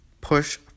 push